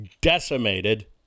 decimated